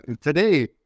Today